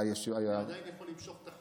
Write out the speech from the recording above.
אני עדיין יכול למשוך את החוק.